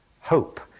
hope